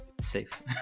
safe